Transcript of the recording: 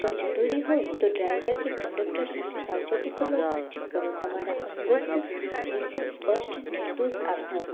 જો જરૂરી હોય તો ડ્રાઇવર કે કંડક્ટર સાથે સાવચેતીપૂર્વક વાતચીત કરો તમારા અંગત વીસીન્સ સ્પષ્ટ નિર્દોષ આપવો